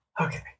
Okay